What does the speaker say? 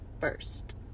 first